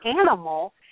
animal